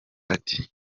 ati